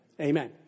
Amen